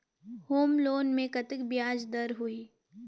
Home loan मे कतेक ब्याज दर होही?